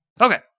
Okay